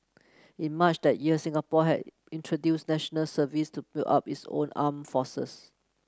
in March that year Singapore had introduced National Service to build up its own armed forces